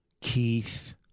Keith